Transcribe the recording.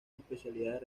especialidades